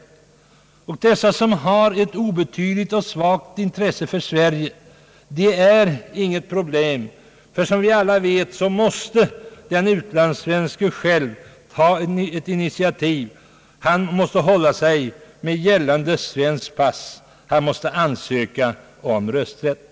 Beträffande de personer som har ett obetydligt och svagt intresse för Sverige råder inte något problem, ty som vi alla vet måste den utlandssvenske själv ta ett initiativ. Han måste nämligen hålla sig med gällande svenskt pass och han måste ansöka om rösträtt.